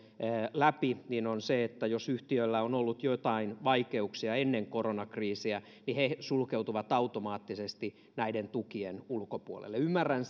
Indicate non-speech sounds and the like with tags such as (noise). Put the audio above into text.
läpi on se että jos yhtiöllä on ollut joitain vaikeuksia ennen koronakriisiä niin he sulkeutuvat automaattisesti näiden tukien ulkopuolelle ymmärrän (unintelligible)